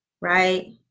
right